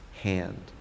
hand